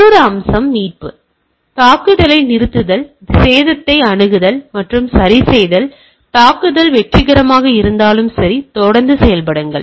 மற்றொரு அம்சம் மீட்பு தாக்குதலை நிறுத்துதல் சேதத்தை அணுகல் மற்றும் சரிசெய்தல் தாக்குதல் வெற்றிகரமாக இருந்தாலும் சரி தொடர்ந்து செயல்படுங்கள்